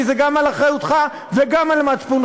כי זה גם על אחריותך וגם על מצפונך,